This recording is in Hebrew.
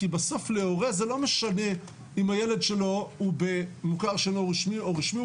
כי בסוף להורה זה לא משנה אם הילד שלו הוא במוכר שאינו רשמי או רשמי,